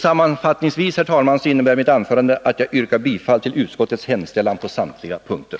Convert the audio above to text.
Sammanfattningsvis innebär mitt anförande att jag yrkar bifall till utskottets hemställan på samtliga punkter.